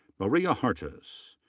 maria hartas.